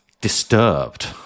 Disturbed